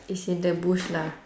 it's in the bush lah